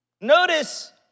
Notice